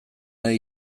nahi